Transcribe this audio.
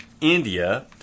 India